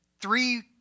three